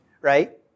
right